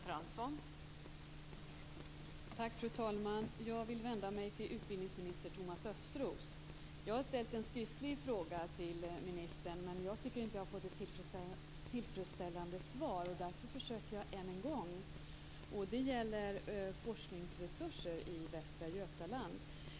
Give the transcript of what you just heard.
Fru talman! Jag vill vända mig till utbildningsminister Thomas Östros. Jag har ställt en skriftlig fråga till ministern, men jag tycker inte att jag har fått ett tillfredsställande svar. Därför försöker jag än en gång. Det gäller forskningsresurser i Västra Götaland.